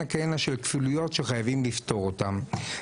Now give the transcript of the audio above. וכהנה של כפילויות שחייבים לפתור אותם.